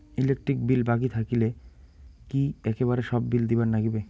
Electric bill বাকি থাকিলে কি একেবারে সব বিলে দিবার নাগিবে?